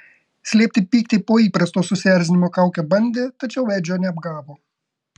slėpti pyktį po įprasto susierzinimo kauke bandė tačiau edžio neapgavo